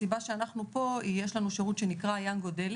הסיבה שאנחנו פה היא שיש לנו שירות שנקרא ינגו דלי